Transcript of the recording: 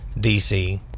DC